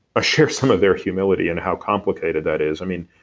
ah share some of their humility in how complicated that is. i mean,